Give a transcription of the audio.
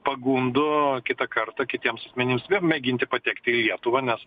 pagundų kitą kartą kitiems asmenims vėl mėginti patekti į lietuvą nes